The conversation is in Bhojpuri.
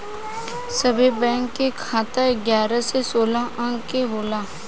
सभे बैंक के खाता एगारह से सोलह अंक के होला